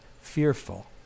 fearful